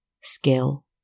skill